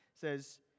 says